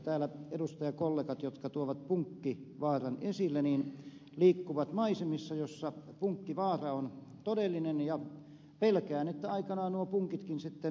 täällä edustajakollegat jotka tuovat punkkivaaran esille liikkuvat maisemissa joissa punkkivaara on todellinen ja pelkään että aikanaan nuo punkitkin sitten maisemiin ilmestyvät